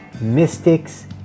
mystics